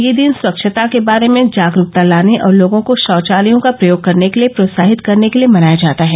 यह दिन स्वच्छता के बारे में जागरूकता लाने और लोगों को शौचालयों का प्रयोग करने के लिए प्रोत्साहित करने के लिए मनाया जाता है